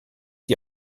die